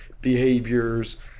behaviors